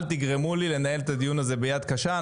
אל תגרמו לי לנהל את הדיון הזה ביד קשה.